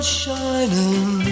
shining